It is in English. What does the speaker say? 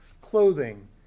clothing